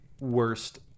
worst